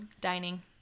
Dining